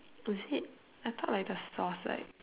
is it I thought like the sauce like